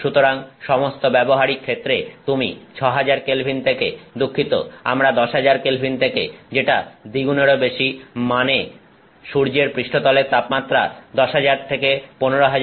সুতরাং সমস্ত ব্যবহারিক ক্ষেত্রে তুমি 6000K থেকে দুঃখিত আমরা 10000K থেকে যেটা দ্বিগুণেরও বেশি মানে সূর্যের পৃষ্ঠতলের তাপমাত্রা 10000 থেকে 15000K